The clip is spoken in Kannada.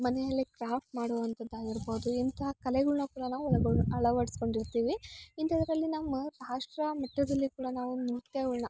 ಮನೆಯಲ್ಲಿ ಕ್ರಾಫ್ಟ್ ಮಾಡುವಂಥದ್ದು ಆಗಿರಬೋದು ಇಂತಹ ಕಲೆಗಳನ್ನ ಕೂಡ ನಾವು ಒಳಗೊಂಡು ಅಳ್ವಡಿಸ್ಕೊಂಡಿರ್ತೀವಿ ಇಂಥದ್ರಲ್ಲಿ ನಮ್ಮ ರಾಷ್ಟ್ರ ಮಟ್ಟದಲ್ಲಿ ಕೂಡ ನಾವು ನೃತ್ಯಗಳನ್ನ